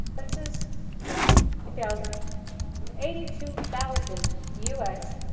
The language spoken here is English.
census two thousand eighty two thousand u s.